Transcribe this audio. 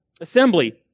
assembly